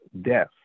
death